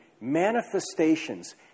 manifestations